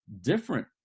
different